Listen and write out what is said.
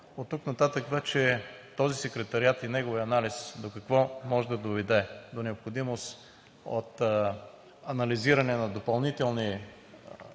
Оттук нататък вече този Секретариат и неговият анализ до какво може да доведе? До необходимост от анализиране на допълнителни